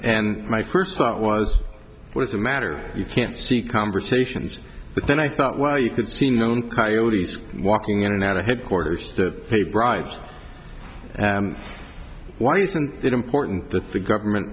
and my first thought was what is the matter you can't see conversations but then i thought well you can see known coyotes walking in and out of headquarters that bright why isn't it important that the government